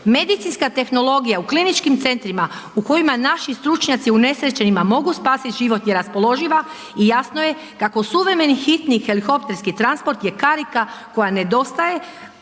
Medicinska tehnologija u kliničkim centrima u kojima naši stručnjaci unesrećenima mogu spasiti život je raspoloživa i jasno je kako suvremeni hitni helikopterski transport je karika koja nedostaje